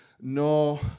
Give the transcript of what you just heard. No